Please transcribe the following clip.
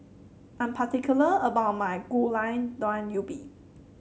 I am particular about my Gulai Daun Ubi